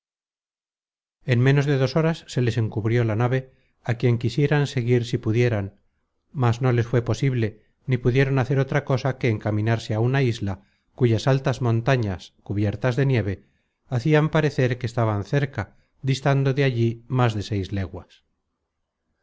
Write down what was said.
en menos de dos horas se les encubrió la nave á quien quisieran seguir si pudieran mas no les fué posible ni pudieron hacer otra cosa que encaminarse á una isla cuyas altas montañas cubiertas de nieve hacian parecer que estaban cerca distando de allí más de seis leguas